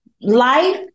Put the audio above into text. life